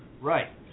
Right